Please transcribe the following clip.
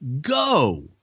go